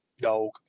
dog